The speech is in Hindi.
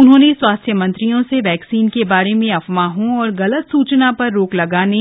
उन्होंने स्वास्थ्य मंत्रियों से वैक्सीन के बारे में अफवाहों और गलत सूचना पर रोक लगाने